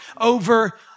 over